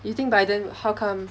you think biden how come